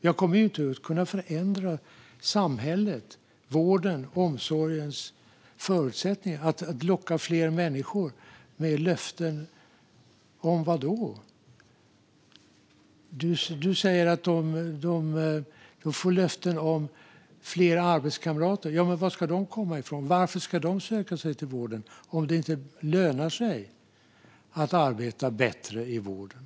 Jag kommer inte att kunna förändra samhället och vårdens och omsorgens förutsättningar och locka fler människor med löften om - vadå? Du säger att det gäller att de får löften om fler arbetskamrater. Var ska de komma ifrån? Varför ska de söka sig till vården om det inte lönar sig att arbeta bättre i vården?